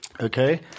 Okay